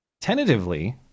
Tentatively